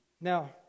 Now